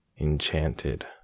enchanted